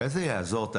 איזה יעזור.